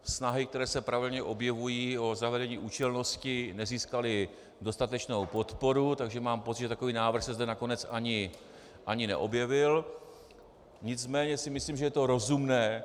Snahy, které se pravidelně objevují, o zavedení účelnosti, nezískaly dostatečnou podporu, takže mám pocit, že takový návrh se zde nakonec ani neobjevil, nicméně si myslím, že je to rozumné.